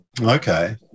Okay